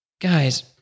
guys